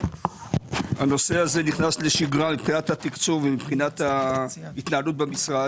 הנושא הזה נכנס לשגרה מבחינת התקצוב וההתנהלות במשרד.